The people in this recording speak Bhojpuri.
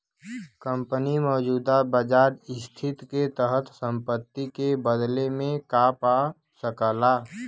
कंपनी मौजूदा बाजार स्थिति के तहत संपत्ति के बदले में का पा सकला